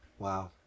wow